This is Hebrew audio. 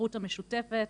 ההיערכות המשותפת